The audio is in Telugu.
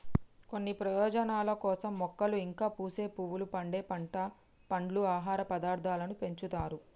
కొన్ని ప్రయోజనాల కోసం మొక్కలు ఇంకా పూసే పువ్వులు, పండే పంట, పండ్లు, ఆహార పదార్థాలను పెంచుతారు